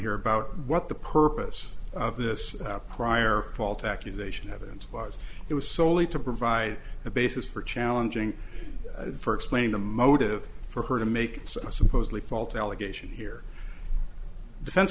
here about what the purpose of this prior faulty accusation evidence was it was solely to provide a basis for challenging for explaining the motive for her to make a supposedly faulty allegation here defense